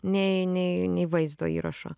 nei nei nei vaizdo įrašo